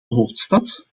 hoofdstad